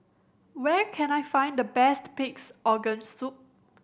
where can I find the best Pig's Organ Soup